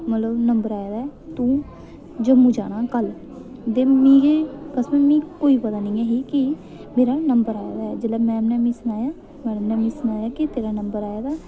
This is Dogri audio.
मतलब नम्बर आए दा तूं जम्मू जाना कल ते मिगी कसम ऐ कोई पता नेईं ऐहा कि मेरा नम्बर आए दा ऐ जेल्लै मैम ने मिगी सनाया मैम ने मिगी सनाया कि तेरा नम्बर आए दा ऐ